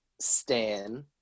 stan